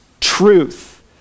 truth